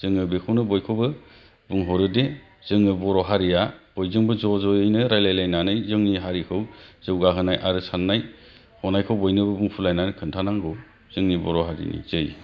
जोङो बेखौनो बयखौबो बुंहरो दे जोङो बर' हारिआ बयजोंबो ज' ज' यैनो लायरायलायनानै जोंनि हारिखौ जौगाहोनाय आरो साननाय हनायखौ बयनोबो बुनफोरलायनानै खोनथानांगौ जोंनि बर' हारिनि जै